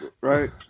Right